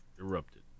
erupted